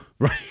Right